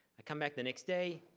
come back the next day.